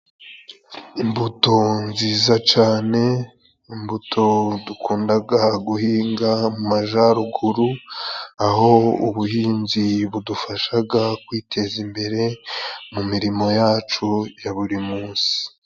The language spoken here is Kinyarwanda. Imbuto nziza cane, imbuto dukundaga guhinga mu majaruguru, aho ubuhinzi budufashaga kwiteza imbere, mu mirimo yacu ya buri munsi.